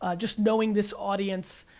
ah just knowing this audience,